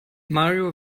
mario